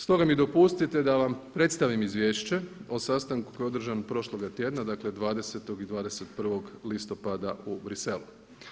Stoga mi dopustite da vam predstavim izvješće o sastanku koji je održan prošloga tjedna, dakle 20. i 21. listopada u Bruxellesu.